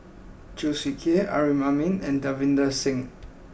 Chew Swee Kee Amrin Amin and Davinder Singh